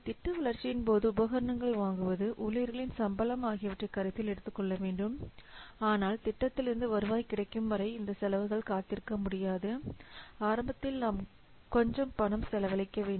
திட்ட வளர்ச்சியின் போது உபகரணங்கள் வாங்குவது ஊழியர்களின் சம்பளம் ஆகியவற்றை கருத்தில் எடுத்துக் கொள்ள வேண்டும் ஆனால் திட்டத்திலிருந்து வருவாய் கிடைக்கும் வரை இந்த செலவுகள் காத்திருக்க முடியாது ஆரம்பத்தில் நாம் கொஞ்சம் பணம் செலவழிக்க வேண்டும்